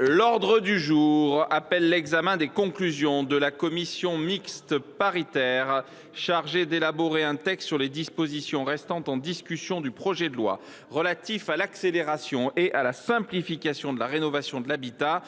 L’ordre du jour appelle l’examen des conclusions de la commission mixte paritaire chargée d’élaborer un texte sur les dispositions restant en discussion du projet de loi relatif à l’accélération et à la simplification de la rénovation de l’habitat